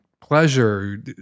pleasure